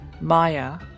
Maya